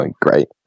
Great